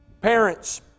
Parents